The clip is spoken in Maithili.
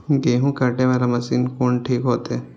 गेहूं कटे वाला मशीन कोन ठीक होते?